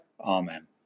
amen